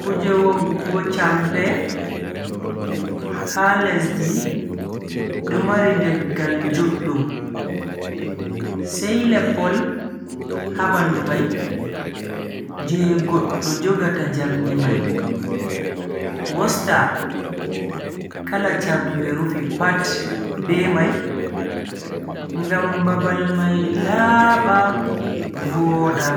kuje woggugo champe ha lesdi do mari leggal juddum, sai leppol ha bandu mai je goddo jogata jamdi mai wosta kala champe rufi pat be mai ngam babal mai laaba voda